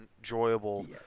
enjoyable